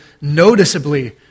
noticeably